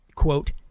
quote